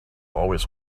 always